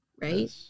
right